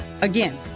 Again